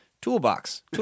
Toolbox